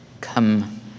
come